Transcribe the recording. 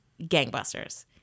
gangbusters